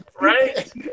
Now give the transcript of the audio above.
Right